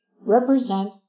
represent